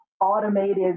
automated